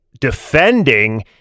defending